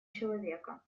человека